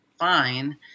fine